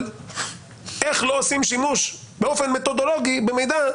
איך לא עושים שימוש באופן מתודולוגי במידע,